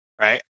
right